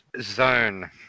zone